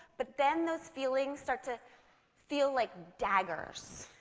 but then, those feelings start to feel like daggers.